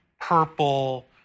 purple